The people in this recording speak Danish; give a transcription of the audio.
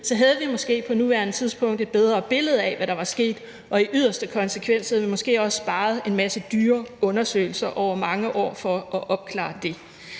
havde vi måske på nuværende tidspunkt et bedre billede af, hvad der var sket, og i yderste konsekvens havde vi måske også sparet en masse dyre undersøgelser over mange år for at opklare det.